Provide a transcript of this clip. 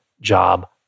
job